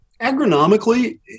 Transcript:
agronomically